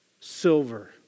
silver